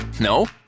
No